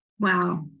Wow